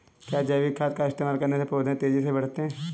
क्या जैविक खाद का इस्तेमाल करने से पौधे तेजी से बढ़ते हैं?